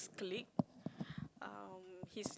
colleague um he's the